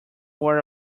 wore